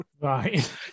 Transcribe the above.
right